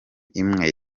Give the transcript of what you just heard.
imwe